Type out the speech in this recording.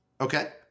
Okay